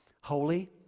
holy